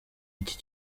iki